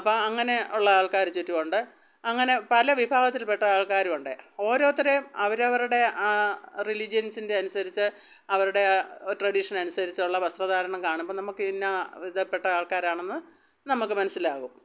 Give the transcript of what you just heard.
അപ്പം അങ്ങനെ ഉള്ള ആൾക്കാർ ചുറ്റും ഉണ്ട് അങ്ങനെ പല വിഭാഗത്തിൽപ്പെട്ട ആൾക്കാരുമുണ്ട് ഓരോരുത്തരെയും അവരവരുടെ ആ റിലീജിയൻസിൻ്റെ അനുസരിച്ച് അവരുടെ ആ ട്രഡീഷൻ അനുസരിച്ചുള്ള വസ്ത്രധാരണം കാണുമ്പം നമുക്ക് ഇന്ന വിധപ്പെട്ട ആൾക്കാരാണെന്ന് നമുക്ക് മനസ്സിലാകും